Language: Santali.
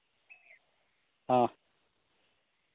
ᱦᱚᱸ